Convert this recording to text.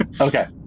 Okay